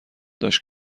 داشت